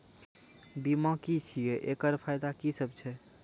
बीमा की छियै? एकरऽ फायदा की सब छै?